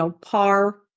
par